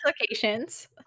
locations